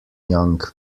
young